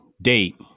date